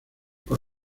con